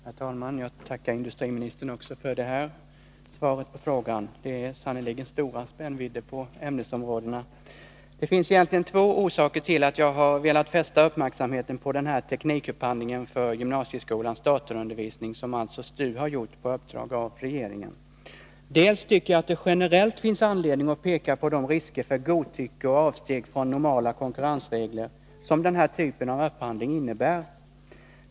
Herr talman! Jag tackar industriministern också för det här frågesvaret. Det är sannerligen stor spännvidd mellan ämnesområdena. Det finns egentligen två orsaker till att jag velat fästa uppmärksamheten på den här teknikupphandlingen för gymnasieskolans datorundervisning, som hiltså STU har gjort på uppdrag av regeringen. Dels tycker jag att det generellt finns anledning att peka på de risker för godtycke och avsteg från normala konkurrensregler som den här typen av upphandling innebär.